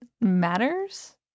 matters